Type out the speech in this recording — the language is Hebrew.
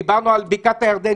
דיברנו על בקעת הירדן.